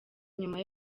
nyuma